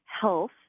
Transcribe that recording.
health